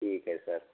ठीक है सर